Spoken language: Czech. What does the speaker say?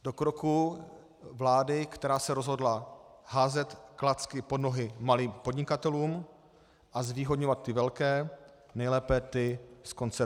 Do kroků vlády, která se rozhodla házet klacky pod nohy malým podnikatelům a zvýhodňovat ty velké, nejlépe ty z koncernu Agrofert.